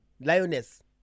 lioness